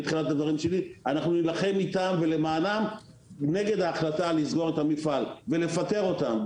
אנחנו נילחם איתם ולמענם נגד ההחלטה לסגור את המפעל ולפטר אותם.